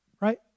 Right